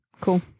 Cool